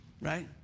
right